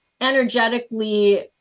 energetically